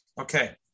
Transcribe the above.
Okay